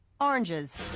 oranges